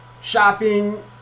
Shopping